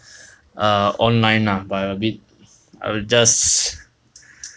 err online lah but a bit I will just